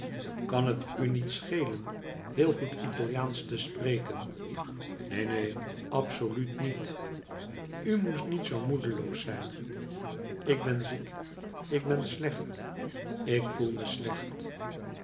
kan het u niet schelen heel goed italiaansch te spreken neen neen absoluut niet u moest niet zoo moedeloos zijn ik ben ziek ik ben slecht ik voel me slecht